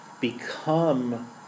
become